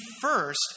first